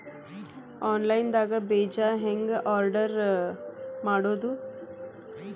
Online ದಾಗ ಬೇಜಾ ಹೆಂಗ್ ಆರ್ಡರ್ ಮಾಡೋದು?